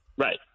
Right